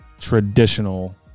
traditional